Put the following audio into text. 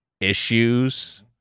issues